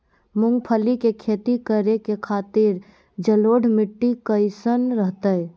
मूंगफली के खेती करें के खातिर जलोढ़ मिट्टी कईसन रहतय?